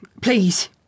Please